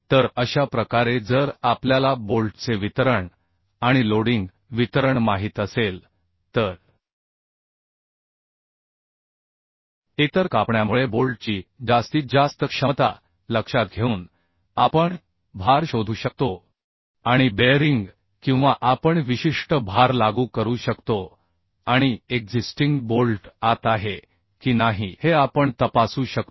तर अशा प्रकारे जर आपल्याला बोल्टचे वितरण आणि लोडिंग वितरण माहित असेल तर एकतर कापण्यामुळे बोल्टची जास्तीत जास्त क्षमता लक्षात घेऊन आपण भार शोधू शकतो आणि बेअरिंग किंवा आपण विशिष्ट भार लागू करू शकतो आणि एक्झिस्टिंग बोल्ट आत आहे की नाही हे आपण तपासू शकतो